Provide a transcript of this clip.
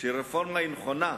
שהרפורמה נכונה,